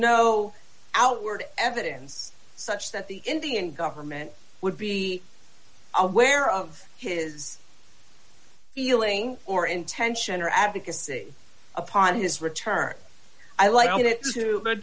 no outward evidence such that the indian government would be aware of his feeling or intention or advocacy upon his return i like